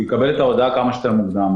יקבל את ההודעה כמה שיותר מוקדם.